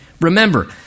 Remember